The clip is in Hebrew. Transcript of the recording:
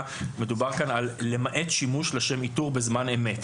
מדובר כאן על למעט שימוש לשם איתור בזמן אמת.